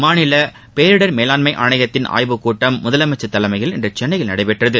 மாநில பேரிடர் மேலாண்மை ஆணையத்தின் ஆய்வுக்கூட்டம் முதலமைச்சர் தலைமையில் இன்று சென்னையில் நடைபெற்றது